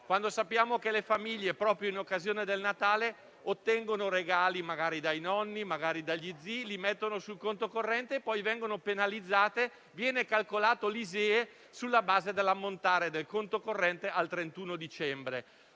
Sappiamo che le famiglie proprio in occasione del Natale ottengono regali, magari dai nonni o dagli zii, e li mettono sul conto corrente, e poi vengono penalizzate perché viene calcolato l'ISEE sulla base dell'ammontare del conto corrente al 31 dicembre.